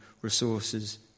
resources